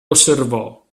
osservò